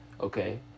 okay